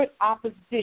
opposition